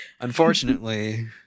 unfortunately